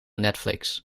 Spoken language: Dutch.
netflix